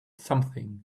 something